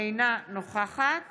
אינה נוכחת